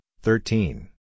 thirteen